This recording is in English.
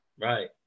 Right